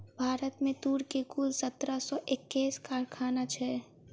भारत में तूर के कुल सत्रह सौ एक्कैस कारखाना छै